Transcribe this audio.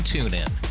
TuneIn